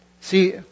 See